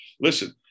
listen